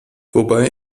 wobei